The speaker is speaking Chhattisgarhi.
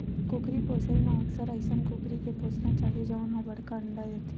कुकरी पोसइ म अक्सर अइसन कुकरी के पोसना चाही जउन ह बड़का अंडा देथे